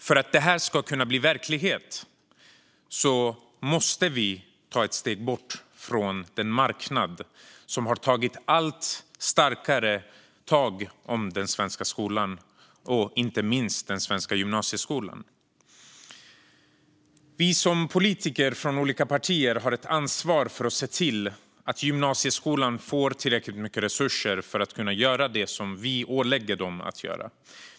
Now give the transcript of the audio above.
För att det här ska kunna bli verklighet måste vi ta ett steg bort från den marknad som har tagit allt starkare tag om den svenska skolan och inte minst den svenska gymnasieskolan. Vi som politiker från olika partier har ansvar för att se till att gymnasieskolan får tillräckligt mycket resurser för att kunna göra det som vi ålägger den att göra.